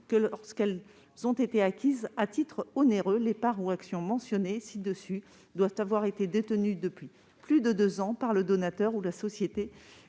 Lorsqu'elles ont été acquises à titre onéreux, les parts ou actions mentionnées ci-dessus doivent avoir été détenues depuis plus de deux ans par le donateur ou la société.